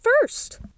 first